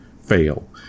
fail